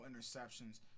interceptions